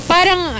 Parang